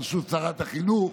ברשות שרת החינוך.